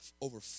Over